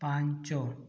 ପାଞ୍ଚ